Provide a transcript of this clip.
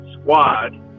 squad